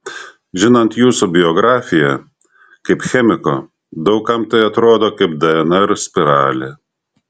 žinant jūsų biografiją kaip chemiko daug kam tai atrodo kaip dnr spiralė